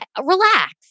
relax